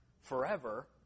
forever